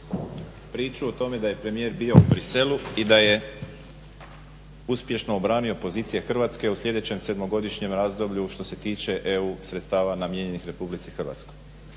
priču o tome da je premijer bio u Bruxellesu i da je uspješno obranio pozicije Hrvatske u sljedećem sedmogodišnjem razdoblju što se tiče EU sredstava namijenjenih RH. A danas